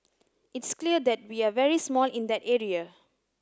it's clear that we are very small in that area